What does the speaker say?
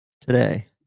today